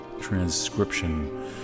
transcription